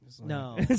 No